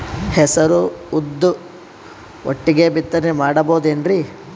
ಹೆಸರು ಉದ್ದು ಒಟ್ಟಿಗೆ ಬಿತ್ತನೆ ಮಾಡಬೋದೇನ್ರಿ?